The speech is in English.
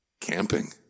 camping